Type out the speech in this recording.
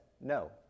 no